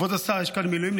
כבוד השר, יש כאן מילואימניקים.